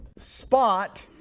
spot